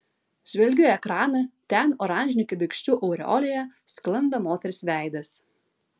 žvelgiu į ekraną ten oranžinių kibirkščių aureolėje sklando moters veidas